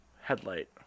headlight